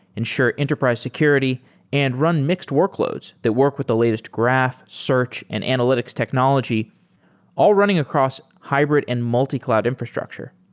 ensure enterprise security and run mixed workloads that work with the latest graph, search and analytics technology all running across hybrid and multi-cloud infrastructure.